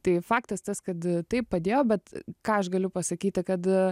tai faktas tas kad tai padėjo bet ką aš galiu pasakyti kad